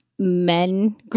Men